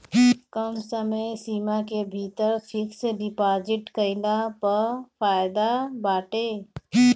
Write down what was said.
कम समय सीमा के भीतर फिक्स डिपाजिट कईला पअ फायदा बाटे